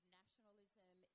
nationalism